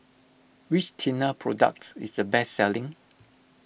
which Tena product is the best selling